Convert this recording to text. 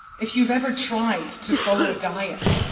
if you've ever tried to follow a diet,